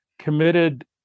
committed